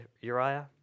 Uriah